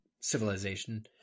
civilization